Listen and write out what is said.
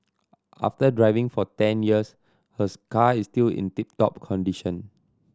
after driving for ten years hers car is still in tip top condition